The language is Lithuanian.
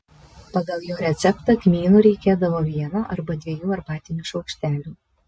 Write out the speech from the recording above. pagal jo receptą kmynų reikėdavo vieno arba dviejų arbatinių šaukštelių